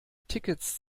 tickets